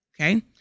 okay